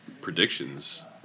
predictions